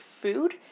food